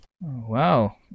Wow